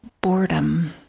boredom